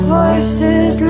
voices